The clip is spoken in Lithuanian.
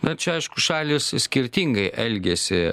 na čia aišku šalys skirtingai elgiasi